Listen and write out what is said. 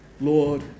Lord